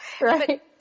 Right